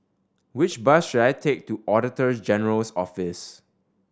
which bus should I take to Auditor General's Office